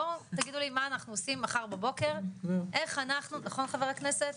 בואו תגידו לי מה אנחנו עושים מחר בבוקר נכון חבר הכנסת?